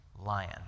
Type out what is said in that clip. lion